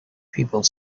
people